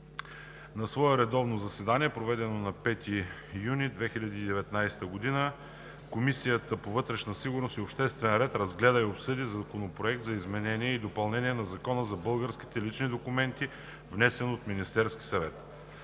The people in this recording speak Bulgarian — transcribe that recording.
На свое редовно заседание, проведено на 5 юни 2019 г., Комисията по вътрешна сигурност и обществен ред разгледа и обсъди Законопроект за изменение и допълнение на Закона за българските лични документи, внесен от Министерския съвет.